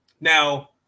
Now